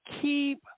keep